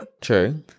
True